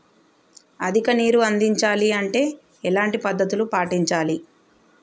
అధిక నీరు అందించాలి అంటే ఎలాంటి పద్ధతులు పాటించాలి?